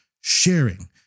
sharing